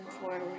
forward